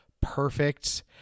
perfect